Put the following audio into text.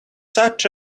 such